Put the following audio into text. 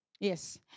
Yes